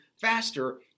faster